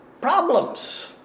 problems